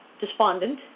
despondent